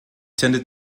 tended